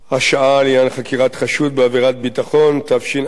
השעה לעניין חקירת חשוד בעבירת ביטחון), התשע"ב